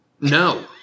No